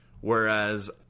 Whereas